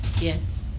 Yes